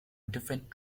different